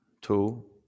two